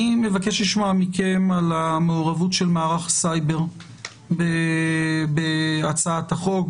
אני מבקש לשמוע מכם על המעורבות של מערך הסייבר בהצעת החוק,